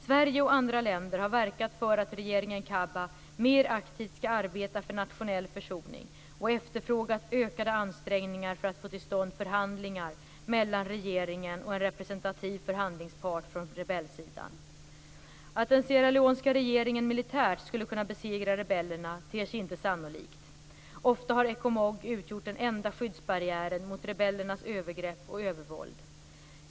Sverige och andra länder har verkat för att regeringen Kabbah mer aktivt skall arbeta för nationell försoning och har efterfrågat ökade ansträngningar för att få till stånd förhandlingar mellan regeringen och en representativ förhandlingspart från rebellsidan. Att den sierraleonska regeringen militärt skulle kunna besegra rebellerna ter sig inte sannolikt. Ofta har Ecomog utgjort den enda skyddsbarriären mot rebellernas övergrepp och övervåld.